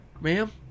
Ma'am